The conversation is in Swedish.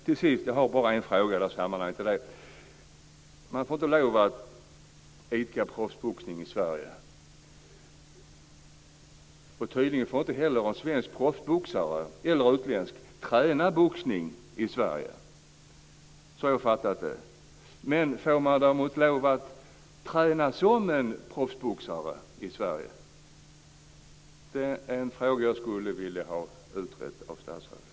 Till sist har jag bara en fråga i det här sammanhanget. Man får inte lov att idka proffsboxning i Sverige, och tydligen får inte heller en svensk - eller utländsk - proffsboxare träna boxning i Sverige. Så har jag uppfattat det. Men får man däremot lov att träna som en proffsboxare i Sverige? Det är en fråga jag skulle vilja ha utredd av statsrådet.